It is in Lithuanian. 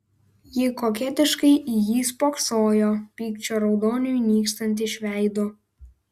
ji koketiškai į jį spoksojo pykčio raudoniui nykstant iš veido